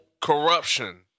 corruption